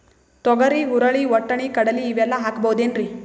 ತೊಗರಿ, ಹುರಳಿ, ವಟ್ಟಣಿ, ಕಡಲಿ ಇವೆಲ್ಲಾ ಹಾಕಬಹುದೇನ್ರಿ?